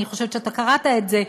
אני חושבת שאתה קראת את זה,